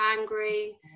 angry